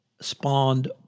spawned